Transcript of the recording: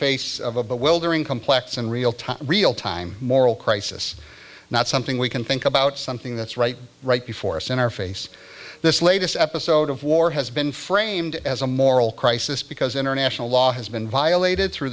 face of a but will during complex and real time real time moral crisis not something we can think about something that's right right before us in our face this latest episode of war has been framed as a moral crisis because international law has been violated through